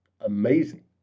amazing